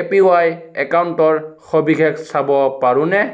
এ P Y একাউণ্টৰ সৱিশেষ চাব পাৰোঁনে